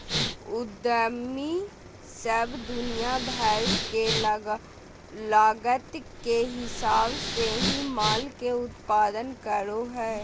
उद्यमी सब दुनिया भर के लागत के हिसाब से ही माल के उत्पादन करो हय